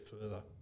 further